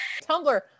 Tumblr